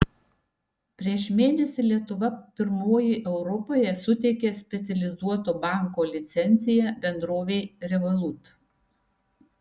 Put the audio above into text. prieš mėnesį lietuva pirmoji europoje suteikė specializuoto banko licenciją bendrovei revolut